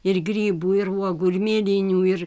ir grybų ir uogų ir mėlynių ir